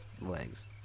legs